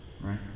Right